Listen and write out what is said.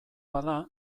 bada